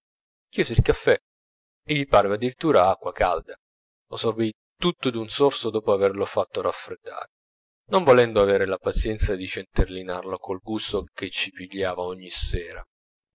chiese il caffè e gli parve addirittura acqua calda lo sorbì tutto d'un sorso dopo averlo fatto raffreddare non volendo avere la pazienza di centellinarlo col gusto che ci pigliava ogni sera